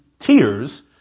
tears